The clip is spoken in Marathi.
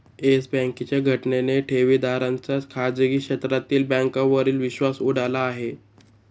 येस बँकेच्या घटनेने ठेवीदारांचा खाजगी क्षेत्रातील बँकांवरील विश्वास उडाला आहे